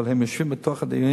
אבל הם יושבים בדיונים,